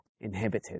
inhibited